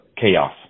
chaos